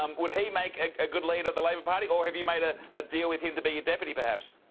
um would he make a good leader of the labor party or have you made ah a deal with him to be your deputy, perhaps?